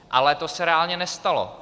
Ale to se reálně nestalo.